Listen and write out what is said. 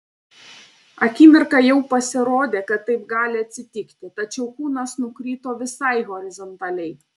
akimirką jau pasirodė kad taip gali atsitikti tačiau kūnas nukrito visai horizontaliai